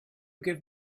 give